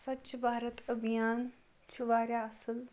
سُوَچھ بارَت أبھیان چھُ واریاہ اصل